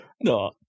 No